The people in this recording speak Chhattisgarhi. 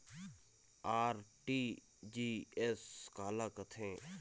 आर.टी.जी.एस काला कथें?